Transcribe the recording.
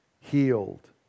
healed